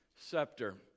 scepter